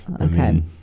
okay